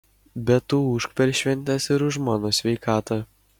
bet tu ūžk per šventes ir už mano sveikatą